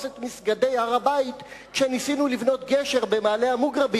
את מסגדי הר-הבית כשניסינו לבנות גשר במעלה-המוגרבים,